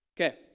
okay